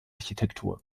architektur